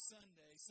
Sunday